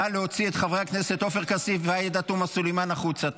נא להוציא את חברי הכנסת עופר כסיף ועאידה תומא סלימאן החוצה.